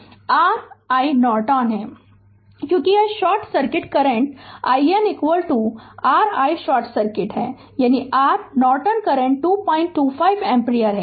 Refer Slide Time 3703 क्योंकि यह short circuit current i n r i short circuit है यानी r नॉर्टन करंट 225 एम्पीयर